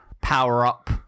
power-up